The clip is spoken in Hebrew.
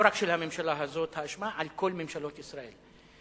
לא רק על הממשלה הזאת אלא על כל ממשלות ישראל.